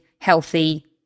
healthy